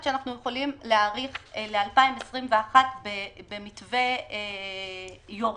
שאנחנו יכולים להאריך ל-2021 במתווה יורד.